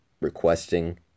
requesting